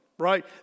right